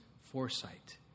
foresight